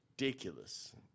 ridiculous